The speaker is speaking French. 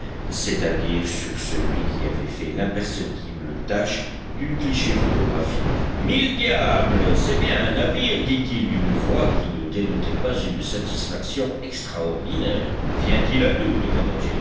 c'est-à-dire sur celui qui avait fait l'imperceptible tache du cliché photographique mille diables c'est bien un navire dit-il d'une voix qui ne dénotait pas une satisfaction extraordinaire vient-il à nous demanda